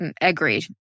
Agreed